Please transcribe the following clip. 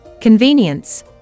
convenience